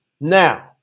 Now